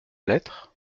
lettre